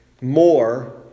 more